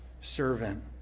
servant